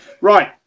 Right